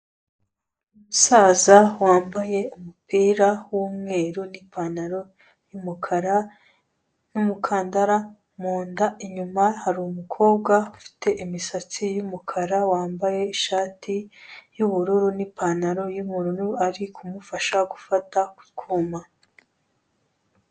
Umusaza wambaye umupira w'umweru n'ipantaro y'umukara n'umukandara mu nda, inyuma hari umukobwa ufite imisatsi y'umukara, wambaye ishati y'ubururu n'ipantaro y'ubururu, ari kumufasha gufata ku kuma.